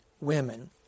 women